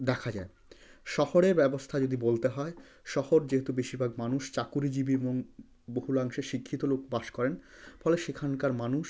দেখা যায় শহরে ব্যবস্থা যদি বলতে হয় শহর যেহেতু বেশিরভাগ মানুষ চাকুরিজীবি এবং বহুলাংশে শিক্ষিত লোক বাস করেন ফলে সেখানকার মানুষ